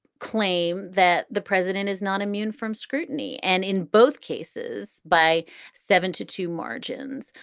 claim that the president is not immune from scrutiny. and in both cases, by seven to two margins,